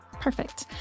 Perfect